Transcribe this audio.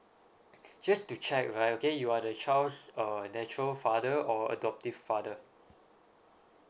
just to check right okay you are the child's err natural father or adoptive father